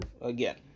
again